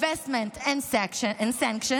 Divestment and Sanctions,